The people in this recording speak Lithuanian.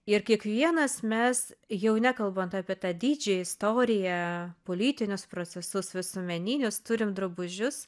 ir kiekvienas mes jau nekalbant apie tą didžią istoriją politinius procesus visuomeninius turim drabužius